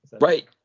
Right